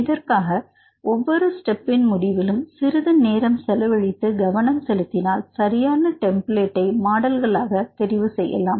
இதற்காக ஒவ்வொரு ஸ்டெபின் முடிவிலும் சிறிது நேரம் செலவழித்து கவனம் செலுத்தினால் சரியான டெம்ப்ளேட்டை மாடல்களாக தெரிவு செய்யலாம்